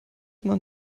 man